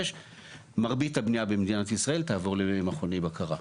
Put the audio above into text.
מרבית הבניה במדינת ישראל תעבור למכוני בקרה.